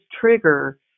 trigger